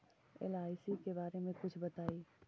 LIC के बारे मे कुछ बताई?